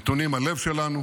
נתונים הלב שלנו